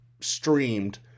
streamed